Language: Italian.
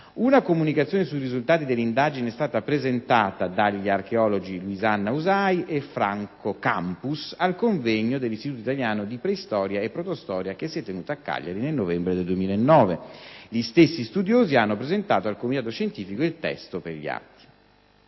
Una comunicazione sui risultati dell'indagine è stata presentata dagli archeologi Luisanna Usai e Franco Campus al convegno dell'Istituto italiano di preistoria e protostoria che si è tenuto a Cagliari nel novembre 2009. Gli stessi studiosi hanno presentato al comitato scientifico il testo per gli atti.